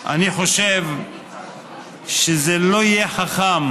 אני חושב שזה לא יהיה חכם